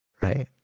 Right